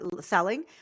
selling